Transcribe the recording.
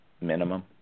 minimum